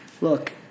Look